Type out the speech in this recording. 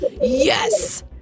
yes